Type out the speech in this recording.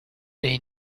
they